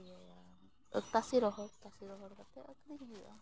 ᱤᱭᱟᱹᱭᱟ ᱛᱟᱥᱮ ᱨᱚᱦᱚᱲ ᱛᱟᱥᱮ ᱨᱚᱦᱚᱲ ᱠᱟᱛᱮ ᱟᱹᱠᱷᱨᱤᱧ ᱦᱩᱭᱩᱜᱼᱟ